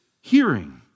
hearing